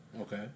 okay